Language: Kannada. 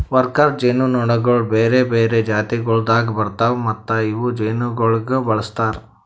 ವರ್ಕರ್ ಜೇನುನೊಣಗೊಳ್ ಬೇರೆ ಬೇರೆ ಜಾತಿಗೊಳ್ದಾಗ್ ಬರ್ತಾವ್ ಮತ್ತ ಇವು ಜೇನುಗೊಳಿಗ್ ಬಳಸ್ತಾರ್